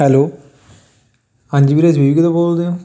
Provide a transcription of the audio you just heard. hello ਹਾਂਜੀ ਵੀਰੇ Swiggy ਤੋਂ ਬੋਲਦੇ ਹੋ